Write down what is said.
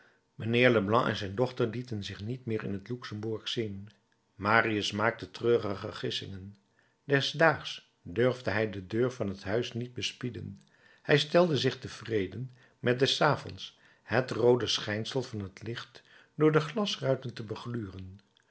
mijnheer leblanc en zijn dochter lieten zich niet meer in het luxemburg zien marius maakte treurige gissingen des daags durfde hij de deur van het huis niet bespieden hij stelde zich tevreden met des avonds het roode schijnsel van het licht door de glasruiten te